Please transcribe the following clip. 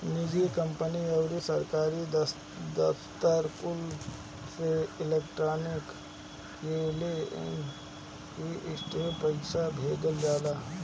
निजी कंपनी अउरी सरकारी दफ्तर कुल में इलेक्ट्रोनिक क्लीयरिंग सिस्टम से पईसा भेजल जाला